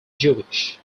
jewish